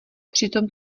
přitom